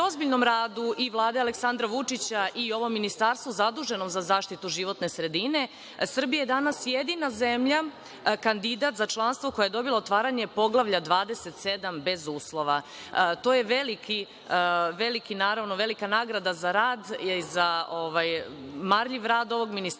ozbiljnom radu i Vlade Aleksandra Vučića i ovog ministarstva zaduženog za zaštitu životne sredine, Srbija je danas jedina zemlja kandidat za članstvo koja je dobila otvaranje poglavlja 27 bez uslova. To je, naravno, velika nagrada za marljiv rad ovog ministarstva